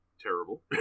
terrible